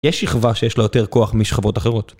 יש שכבה שיש לה יותר כוח משכבות אחרות.